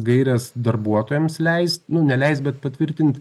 gaires darbuotojams leist nu neleist bet patvirtint